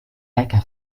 ecke